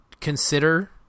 consider